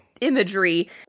imagery